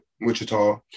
Wichita